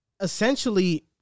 essentially